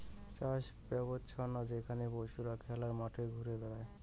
চাষ ব্যবছ্থা যেখানে পশুরা খোলা মাঠে ঘুরে বেড়ায়